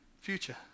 future